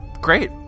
Great